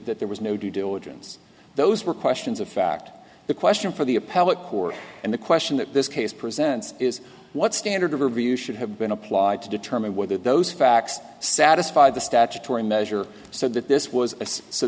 that there was no due diligence those were questions of fact the question for the appellate court and the question that this case presents is what standard of review should have been applied to determine whether those facts satisfy the statutory measure so that this was so